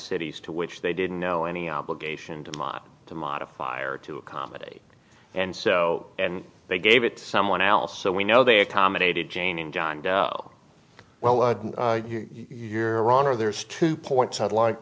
cities to which they didn't know any obligation to model to modify or to accommodate and so and they gave it to someone else so we know they accommodated jane and john doe well your honor there's two points i'd like